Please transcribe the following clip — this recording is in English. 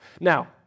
Now